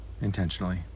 intentionally